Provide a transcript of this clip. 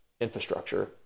infrastructure